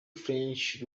french